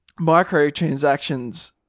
microtransactions